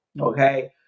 Okay